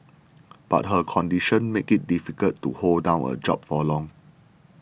but her condition make it difficult to hold down a job for long